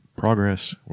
progress